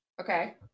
Okay